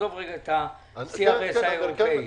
עזוב את ה-CRS האירופאי.